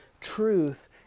truth